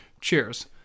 cheers